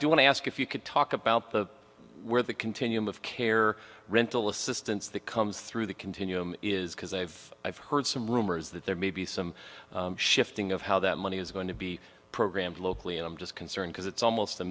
do want to ask if you could talk about the where the continuum of care rental assistance that comes through the continuum is because i've i've heard some rumors that there may be some shifting of how that money is going to be programmed locally and i'm just concerned because it's almost a